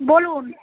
বলুন